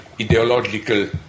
ideological